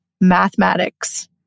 mathematics